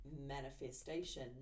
manifestation